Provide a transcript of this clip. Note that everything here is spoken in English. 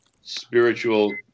spiritual